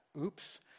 Oops